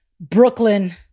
Brooklyn